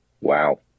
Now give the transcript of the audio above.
Wow